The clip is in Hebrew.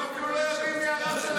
רוב האנשים אפילו לא יודעים מי הרב שלהם.